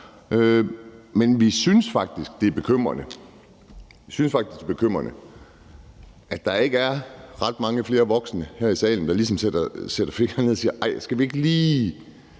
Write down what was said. – vi synes faktisk det er bekymrende – at der ikke er ret mange flere voksne her i salen, der ligesom sætter foden ned og siger: Ej, skal vi ikke lige